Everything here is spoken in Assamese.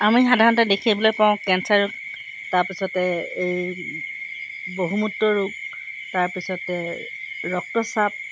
আমি সাধাৰণতে দেখিবলৈ পাওঁ কেঞ্চাৰ ৰোগ তাৰপিছতে এই বহু মুত্ৰ ৰোগ তাৰপিছতে ৰক্তচাপ